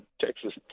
Texas